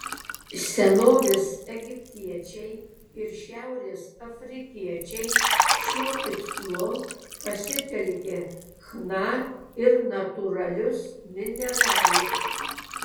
senovės egiptiečiai ir šiaurės afrikiečiai šiuo tikslu pasitelkė chna ir natūralius mineralus